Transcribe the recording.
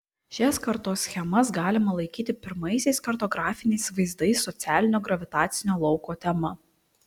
šias kartoschemas galima laikyti pirmaisiais kartografiniais vaizdais socialinio gravitacinio lauko tema